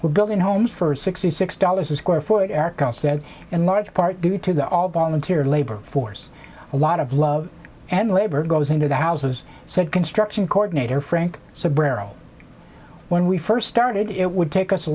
we're building homes for sixty six dollars a square foot in large part due to the all volunteer labor force a lot of love and labor goes into the houses so construction coordinator frank so beryl when we first started it would take us a